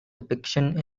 depictions